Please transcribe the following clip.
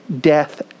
death